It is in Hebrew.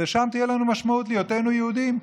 ושם תהיה משמעות להיותנו יהודים,